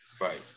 Right